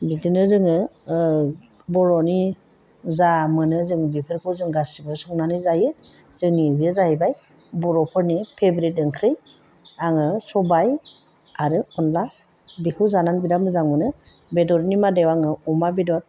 बिदिनो जोङो बर'नि जा मोनो जों बेफोरखौ जों गासैबो संनानै जायो जोंनि बेयो जाहैबाय बर'फोरनि फेभरिट ओंख्रि आङो सबाय आरो अनला बेखौ जानानै बिराद मोजां मोनो बेदरनि मादाव आङो अमा बेदर